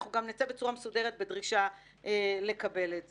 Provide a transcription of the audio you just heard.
אנחנו גם נצא בצורה מסודרת בדרישה לקבל את זה.